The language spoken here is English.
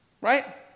right